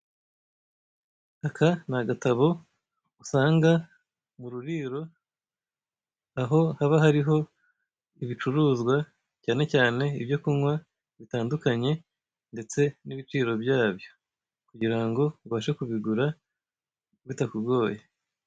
Aka ni agatabo usanga mu ruriro, aho haba hariho ibicuruzwa cyane cyane ibyo kunywa bitandukanye ndetse n'ibiciro byabyo. Kugirango ubashe kubigura bitakugoye.